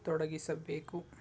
ತೊಡಗಿಸಬೇಕು